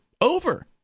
over